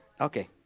Okay